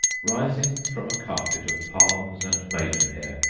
rising from a carpet of palms and maidenhair,